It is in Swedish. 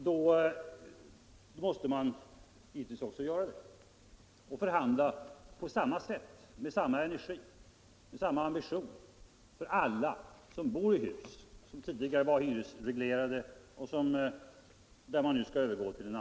Då måste den givetvis också göra det och förhandla på samma sätt, med samma energi, med samma ambition för alla som bor i de hus som förhandlingarna gäller.